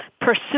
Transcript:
pursue